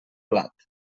blat